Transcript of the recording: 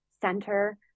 center